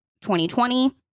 2020